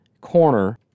corner